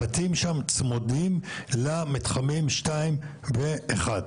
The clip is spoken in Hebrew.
הבתים שם צמודים למתחמים 2 ו-1,